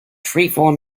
trefoil